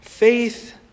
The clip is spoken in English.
Faith